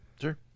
Sure